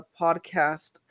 podcast